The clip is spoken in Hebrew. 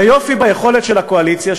והיופי ביכולת של הקואליציה,